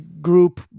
group